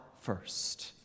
first